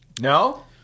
No